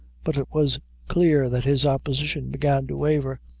but it was clear that his opposition began to waver.